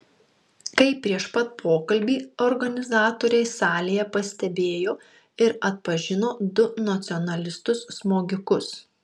kaip prieš pat pokalbį organizatoriai salėje pastebėjo ir atpažino du nacionalistus smogikus